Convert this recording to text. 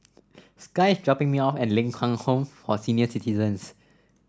Sky is dropping me off at Ling Kwang Home for Senior Citizens